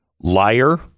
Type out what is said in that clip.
Liar